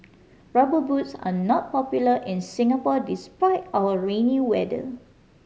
Rubber Boots are not popular in Singapore despite our rainy weather